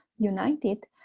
united,